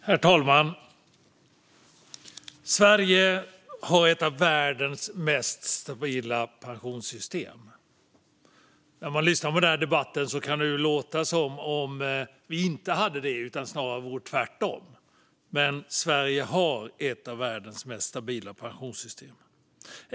Herr talman! Sverige har ett av världens mest stabila pensionssystem. När man lyssnar på den här debatten kan det snarare låta tvärtom, som att vi inte har det. Men Sverige har ett av världens mest stabila pensionssystem.